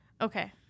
Okay